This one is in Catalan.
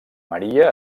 maria